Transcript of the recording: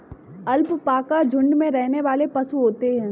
alpaca झुण्ड में रहने वाले पशु होते है